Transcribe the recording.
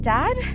Dad